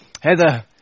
Heather